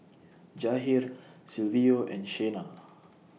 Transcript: Jahir Silvio and Shena